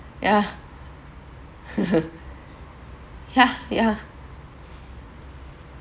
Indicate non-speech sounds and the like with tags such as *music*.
yeah *laughs* yeah yeah